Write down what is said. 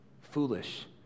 foolish